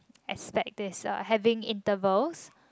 aspect is uh having intervals